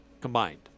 combined